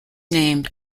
named